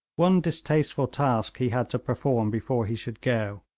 one distasteful task he had to perform before he should go.